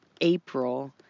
April